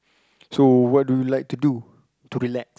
so what do you like to do to relax